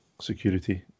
security